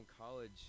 college